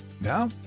Now